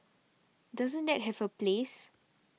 doesn't that have a place